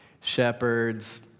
Shepherds